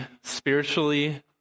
spiritually